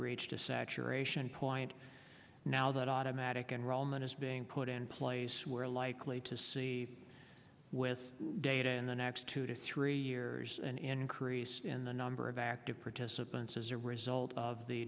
reached a saturation point now that automatic enrollment is being put in place where likely to see with data in the next two to three years an increase in the number of active participants as a result of the